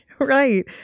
Right